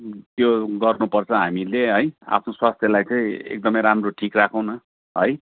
त्यो गर्नुपर्छ हामीले है आफ्नो स्वास्थ्यलाई चाहिँ एकदमै राम्रो ठिक राखौँ न है